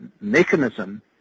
mechanism